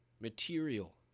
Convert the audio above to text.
material